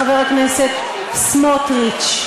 חבר הכנסת סמוטריץ,